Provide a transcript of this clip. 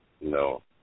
No